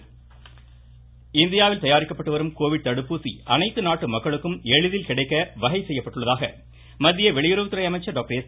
doctor Jaishankar இந்தியாவில் தயாரிக்கப்பட்டு வரும் கோவிட் தடுப்பூசி அனைத்து நாட்டு மக்களுக்கும் எளிதில் கிடைக்க வகை செய்யப்பட்டுள்ளதாக மத்திய வெளியுறவுத்துறை அமைச்சர் டாக்டர் எஸ்